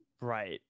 Right